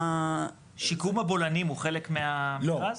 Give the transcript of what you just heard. שיקום הבולענים הוא חלק מהמכרז?